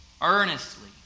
earnestly